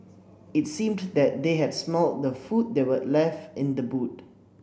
it seemed that they had smelt the food that were left in the boot